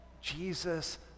Jesus